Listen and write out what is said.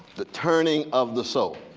the turning of the soul.